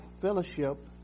fellowship